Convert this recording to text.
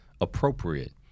appropriate